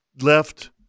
left